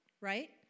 right